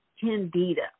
candida